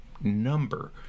number